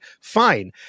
fine